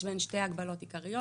יש בהן שתי הגבלות עיקריות,